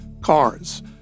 cars